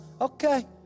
Okay